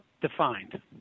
defined